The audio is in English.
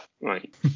right